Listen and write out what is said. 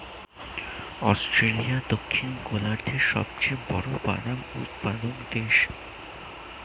Australia দক্ষিণ গোলার্ধের সবচেয়ে বড় বাদাম উৎপাদক দেশ